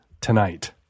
tonight